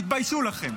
תתביישו לכם.